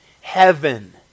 Heaven